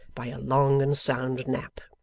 by a long and sound nap.